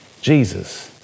Jesus